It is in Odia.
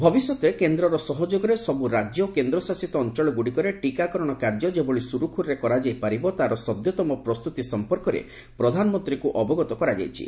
ଭବିଷ୍ୟତରେ କେନ୍ଦ୍ରର ସହଯୋଗରେ ସବୁ ରାଜ୍ୟ ଓ କେନ୍ଦ୍ରଶାସିତ ଅଞ୍ଚଳଗୁଡ଼ିକରେ ଟିକାକରଣ କାର୍ଯ୍ୟ ଯେଭଳି ସୁରୁଖୁରୁରେ କରାଯାଇ ପାରିବ ତାହାର ସଦ୍ୟତମ ପ୍ରସ୍ତୁତି ସମ୍ପର୍କରେ ପ୍ରଧାନମନ୍ତ୍ରୀଙ୍କୁ ଅବଗତ କରାଯାଇଛି